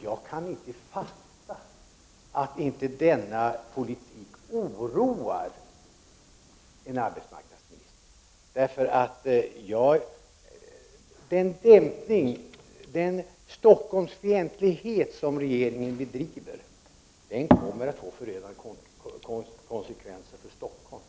Jag kan inte förstå att denna politik inte oroar en arbetsmarknadsminister. Den Stockholmsfientlighet som regeringen bedriver kommer att få förödande konsekvenser för Stockholm.